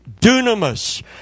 Dunamis